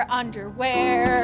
underwear